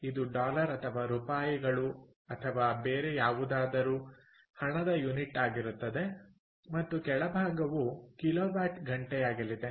ಇದು ಡಾಲರ್ ಅಥವಾ ರೂಪಾಯಿಗಳು ಅಥವಾ ಬೇರೆ ಯಾವುದಾದರೂ ಹಣದ ಯೂನಿಟ್ ಆಗಿರುತ್ತದೆ ಮತ್ತು ಕೆಳಭಾಗವು ಕಿಲೋವ್ಯಾಟ್ ಗಂಟೆಯಾಗಲಿದೆ